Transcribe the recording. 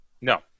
No